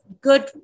good